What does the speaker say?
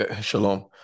Shalom